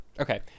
Okay